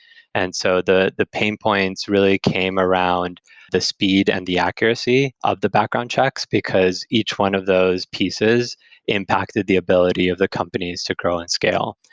and so the the pain points really came around the speed and the accuracy of the background checks, because each one of those pieces impacted the ability of the companies to grow and scale.